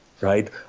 right